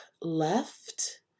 left